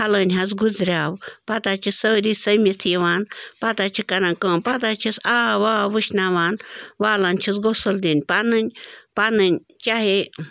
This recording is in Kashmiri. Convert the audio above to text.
فلٲنۍ حظ گُزریٛاو پَتہٕ حظ چھِ سٲری سٔمِتھ یِوان پَتہٕ حظ چھِ کَران کٲم پَتہٕ حظ چھِس آب واب وٕشناوان والان چھِس غسُل دِنہِ پَنٕنۍ پَنٕنۍ چاہے